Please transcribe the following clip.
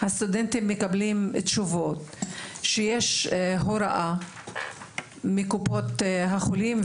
הסטודנטים מקבלים תשובות שיש הוראה מקופות החולים,